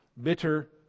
bitter